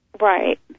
Right